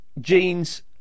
jeans